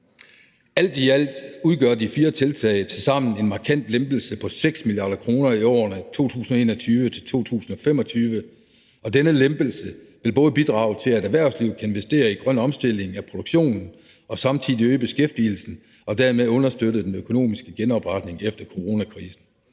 Alt i alt udgør de fire tiltag til sammen en markant lempelse på 6 mia. kr. i årene 2021-2025, og denne lempelse vil både bidrage til, at erhvervslivet kan investere i en grøn omstilling af produktionen, og vil samtidig øge beskæftigelsen og dermed understøtte den økonomiske genopretning efter coronakrisen.